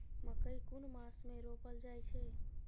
मकेय कुन मास में रोपल जाय छै?